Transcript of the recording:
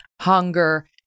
hunger